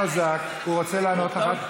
והשופט החרדי,